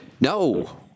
No